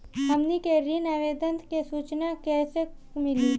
हमनी के ऋण आवेदन के सूचना कैसे मिली?